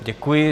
Děkuji.